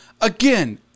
Again